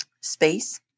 space